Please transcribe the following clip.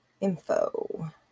Info